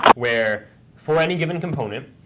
where for any given component,